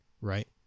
right